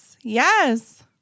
Yes